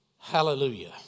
Hallelujah